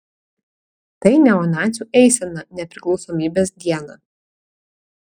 tai neonacių eisena nepriklausomybės dieną